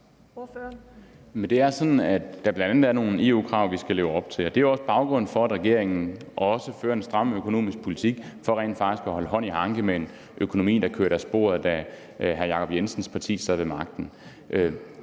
det er sådan, at der bl.a. er nogle EU-krav, vi skal leve op til. Det er jo også baggrunden for, at regeringen fører en stram økonomisk politik. Det er for rent faktisk for at have hånd i hanke med en økonomi, der kørte af sporet, da hr. Jacob Jensens parti sad ved magten.